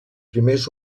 primers